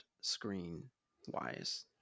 screen-wise